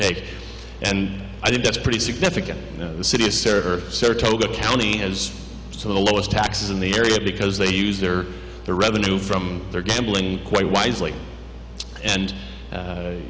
take and i think that's pretty significant you know the city serves saratoga county as so the lowest taxes in the area because they use their their revenue from their gambling quite wisely and